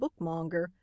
bookmonger